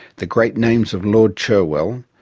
the great names of lord cherwell,